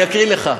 אני אקריא לך: